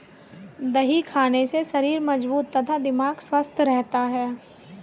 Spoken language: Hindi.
दही खाने से शरीर मजबूत तथा दिमाग स्वस्थ रहता है